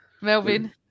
Melvin